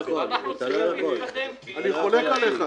אני חולק עליך.